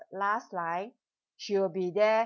last line she will be there